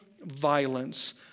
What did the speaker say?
violence